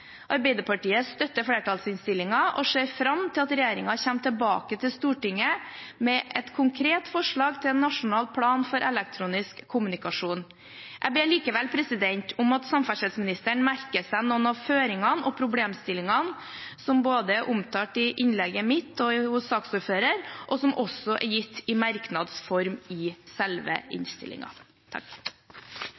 Arbeiderpartiet støtter flertallsinnstillingen og ser fram til at regjeringen kommer tilbake til Stortinget med et konkret forslag til en nasjonal plan for elektronisk kommunikasjon. Jeg ber likevel om at samferdselsministeren merker seg noen av føringene og problemstillingene som er omtalt både i innlegget mitt og av saksordføreren, og som også er gitt i merknads form i selve